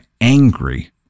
angry